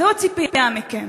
זו הציפייה מכם.